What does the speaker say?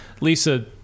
Lisa